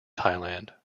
thailand